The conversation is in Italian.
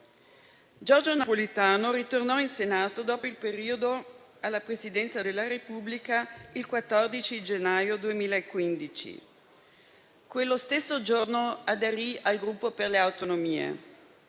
Giorgio Napolitano tornò in Senato dopo il periodo alla Presidenza della Repubblica, il 14 gennaio 2015. Quello stesso giorno aderì al Gruppo Per le Autonomie.